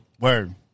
Word